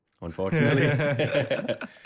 unfortunately